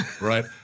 right